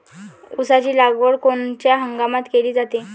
ऊसाची लागवड कोनच्या हंगामात केली जाते?